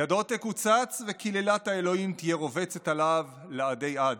ידו תקוצץ וקללת האלוהים תהיה רובצת עליו לעדי עד".